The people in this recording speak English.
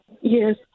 Yes